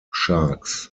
sharks